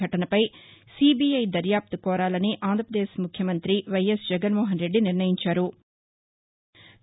ఘటనపై సిబిఐ దర్యాప్తు కోరాలని ఆంధ్రపదేశ్ ముఖ్యమంత్రి వైఎస్ జగన్మోహనరెడ్డి నిర్ణయించారు